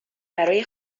برای